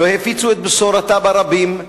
לא הפיצו את בשורתה ברבים,